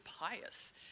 pious